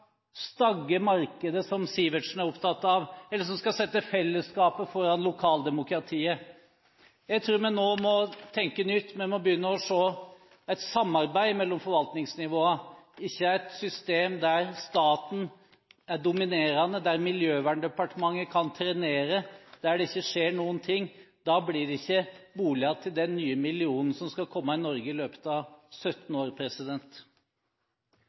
stagge markedet, som Sivertsen er opptatt av, eller som skal sette fellesskapet foran lokaldemokratiet. Jeg tror vi nå må tenke nytt. Vi må begynne å se et samarbeid mellom forvaltningsnivåene, ikke et system der staten er dominerende, der Miljøverndepartementet kan trenere, og der det ikke skjer noen ting. Da blir det ikke boliger til den nye millionen som skal komme i Norge i løpet av 17 år.